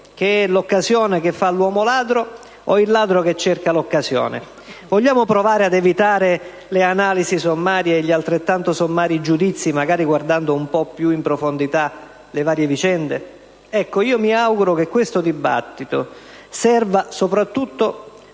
che è l'occasione che fa l'uomo ladro o il ladro che cerca l'occasione. Vogliamo provare ad evitare le analisi sommarie e gli altrettanto sommari giudizi, magari guardando un po' più in profondità le varie vicende? Mi auguro che questo dibattito serva soprattutto